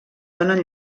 donen